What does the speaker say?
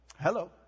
Hello